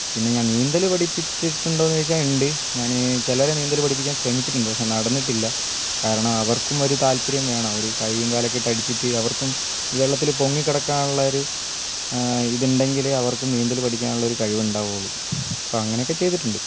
പിന്നെ ഞാന് നീന്തല് പഠിപിച്ചിട്ടുണ്ടോന്നു ചോദിച്ചാല് ഇണ്ട് ഞാന് ചിലരെ നിന്തല് പഠിപ്പിക്കാന് ശ്രമിച്ചിട്ടുണ്ട് പക്ഷെ നടന്നിട്ടില്ല കാരണം അവര്ക്കും ഒരു താല്പര്യം വേണം അവര് കൈയും കാലും ഒക്കെ അടിച്ചിട്ട് അവര്ക്കും വെള്ളത്തില് പൊങ്ങി കിടക്കാനുള്ളൊരു ഇതുടെങ്കിലെ അവര്ക്കും നീന്തൽ പഠിക്കാനുള്ള കഴിവ് ഉണ്ടാവുള്ളൂ അപ്പം അങ്ങനൊക്കെ ചെയ്യ്തിട്ടുണ്ട്